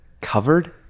covered